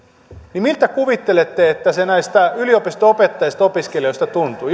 miltä kuvittelette että se näistä yliopistonopettajista ja opiskelijoista tuntuu